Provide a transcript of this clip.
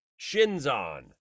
Shinzon